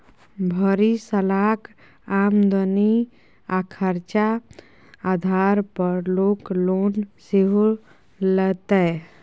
भरि सालक आमदनी आ खरचा आधार पर लोक लोन सेहो लैतै